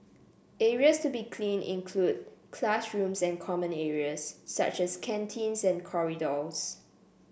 areas to be cleaned include classrooms and common areas such as canteens and corridors